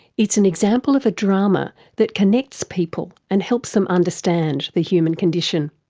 it's an example of a drama that connects people and helps them understand the human condition.